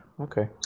Okay